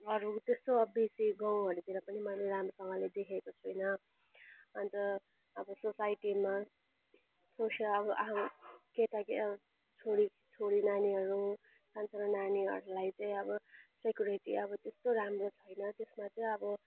अरू त्यस्तो बेसी गाउँहरूतिर पनि मैले राम्रोसँगले देखेको छुइनँ अन्त अब सोसाइटीमा जुन चाहिँ अब अब केटा छोरा छोरी नानीहरू सानसानो नानीहरूलाई चाहिँ अब सेक्युरिटी अब त्यस्तो राम्रो छैन त्यसमाथि अब